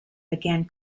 began